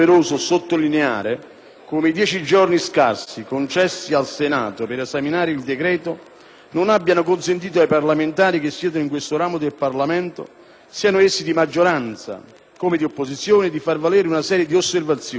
non abbiano consentito ai parlamentari che siedono in questo ramo del Parlamento, siano essi di maggioranza come di opposizione, di far valere una serie di osservazioni, a volte anche critiche ma più spesso finalizzate ad apportare aggiustamenti e modifiche migliorative,